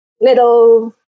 little